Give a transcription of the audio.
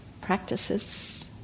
practices